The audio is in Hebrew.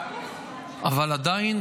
עדיין,